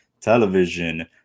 television